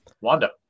Wanda